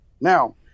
Now